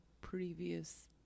Previous